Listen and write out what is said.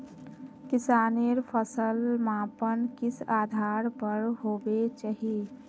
किसानेर फसल मापन किस आधार पर होबे चही?